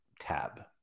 tab